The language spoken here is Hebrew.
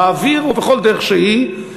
באוויר ובכל דרך שהיא,